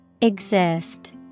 Exist